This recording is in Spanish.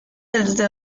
desde